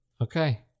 Okay